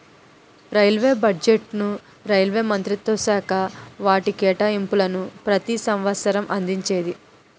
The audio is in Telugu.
రైల్వే బడ్జెట్ను రైల్వే మంత్రిత్వశాఖ వాటి కేటాయింపులను ప్రతి సంవసరం అందించేది